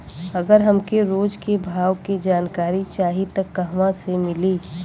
अगर हमके रोज के भाव के जानकारी चाही त कहवा से मिली?